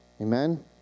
amen